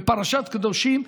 בפרשת קדושים,